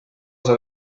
osa